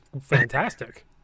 fantastic